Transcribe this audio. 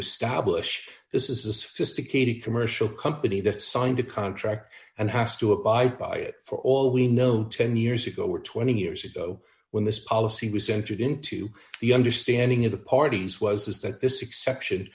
establish this is a sophisticated commercial company that signed a contract and has to abide by it for all we know ten years ago or twenty years ago when this policy was entered into the understanding of the parties was that this exception